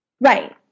Right